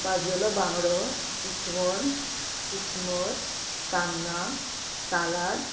बाजलेलो बांगडो इसवण किस्मोर सान्नां सालाद